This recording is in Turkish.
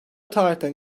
tarihten